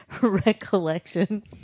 Recollection